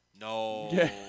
No